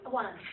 one